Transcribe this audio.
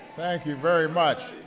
thank you very much.